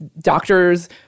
doctors